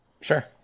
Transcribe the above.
Sure